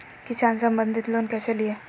किसान संबंधित लोन कैसै लिये?